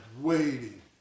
waiting